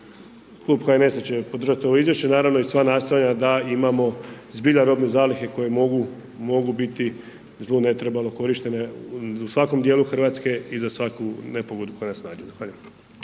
Klub HNS-a će podržati ovo izvješće, i naravno i sva nastojanja da imamo zbilja robne zalihe koje mogu biti, zlu ne trebalo, korištene u svakom dijelu Hrvatske i svaku nepogodu koja snađu.